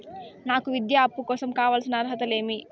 నాకు విద్యా అప్పు కోసం కావాల్సిన అర్హతలు ఏమి?